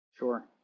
Sure